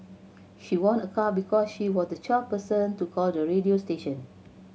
she won a car because she was the twelfth person to call the radio station